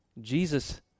Jesus